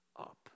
up